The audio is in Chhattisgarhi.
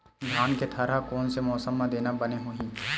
धान के थरहा कोन से मौसम म देना बने होही?